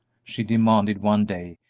she demanded one day,